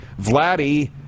Vladdy